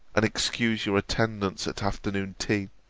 and excuse your attendance at afternoon tea,